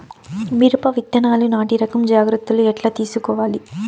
మిరప విత్తనాలు నాటి రకం జాగ్రత్తలు ఎట్లా తీసుకోవాలి?